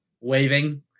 waving